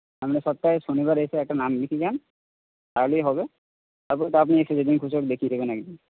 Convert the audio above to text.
সামনের সপ্তাহে শনিবার এসে একটা নাম লিখিয়ে যান তাহলেই হবে তারপর তো আপনি এসে যেদিন খুশি হোক দেখিয়ে যাবেন একদিন